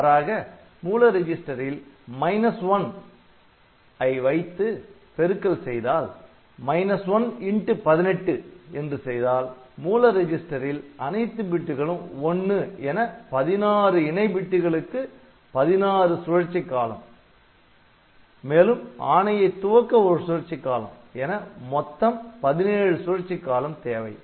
மாறாக மூல ரிஜிஸ்டரில் எண் ' 1' ஐ வைத்து பெருக்கல் செய்தால் அதாவது 1 18 என்று செய்தால் மூல ரிஜிஸ்டரில் அனைத்து பிட்டு களும் '1' என பதினாறு இணை பிட்டுகளுக்கு 16 சுழற்சிக் காலம் உடன் ஆணையை துவக்க ஒரு சுழற்சி காலம் என மொத்தம் 17 சுழற்சிக் காலம் தேவை